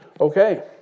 Okay